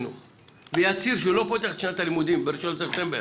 זה להצהיר שהוא לא פותח את שנת הלימודים ב-1 בספטמבר